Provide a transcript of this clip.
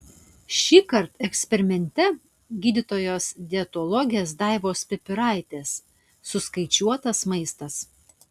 šįkart eksperimente gydytojos dietologės daivos pipiraitės suskaičiuotas maistas